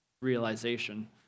realization